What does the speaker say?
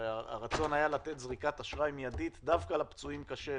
הרי הרצון היה לתת זריקת אשראי מיידית דווקא לפצועים קשה,